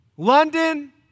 London